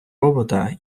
робота